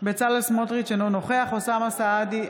בצלאל סמוטריץ' אינו נוכח אוסאמה סעדי,